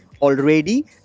already